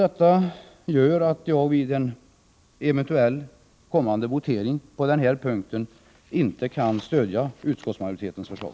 Detta gör att jag vid en eventuell votering på den här punkten inte kan stödja utskottsmajoritetens förslag.